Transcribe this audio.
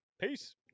Peace